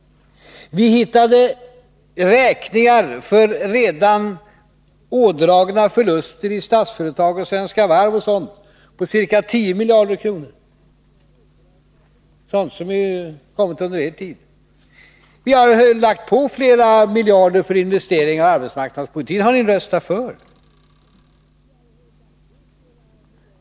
Vi hittade räkningar för redan ådragna förluster i Statsföretag och Svenska Varv och andra sådana företag på ca 10 miljarder kronor. Det är sådant som har uppkommit under er tid. Vi har lagt på flera miljarder för investeringar och arbetsmarknadspolitik. Det har ni röstat för.